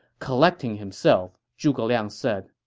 collecting himself, zhuge liang said,